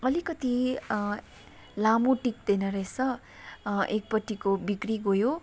अलिकति लामो टिक्दैन रहेछ एकपट्टिको बिग्रिगयो